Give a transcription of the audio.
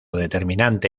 determinante